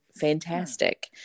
fantastic